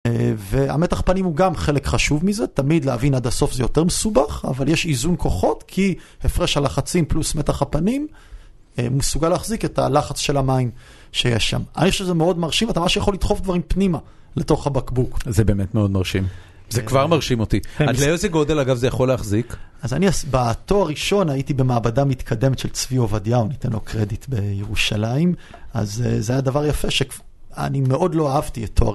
והמתח פנים הוא גם חלק חשוב מזה, תמיד להבין עד הסוף זה יותר מסובך, אבל יש איזון כוחות כי הפרש הלחצים פלוס מתח הפנים הוא מסוגל להחזיק את הלחץ של המים שיש שם. אני חושב שזה מאוד מרשים, אתה ממש יכול לדחוף דברים פנימה לתוך הבקבוק. זה באמת מאוד מרשים. זה כבר מרשים אותי. לאיזה גודל, אגב, זה יכול להחזיק? אז אני, בתואר ראשון הייתי במעבדה מתקדמת של צבי עובדיהו, ניתן לו קרדיט, בירושלים, אז זה היה דבר יפה שאני מאוד לא אהבתי את